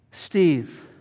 Steve